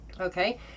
okay